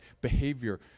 behavior